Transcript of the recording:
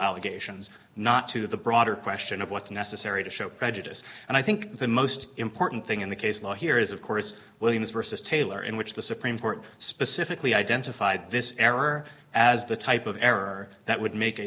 allegations not to the broader question of what's necessary to show prejudice and i think the most important thing in the case law here is of course williams versus taylor in which the supreme court specifically identified this error as the type of error that would make a